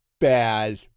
bad